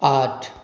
आठ